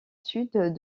sud